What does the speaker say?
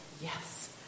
yes